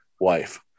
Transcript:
wife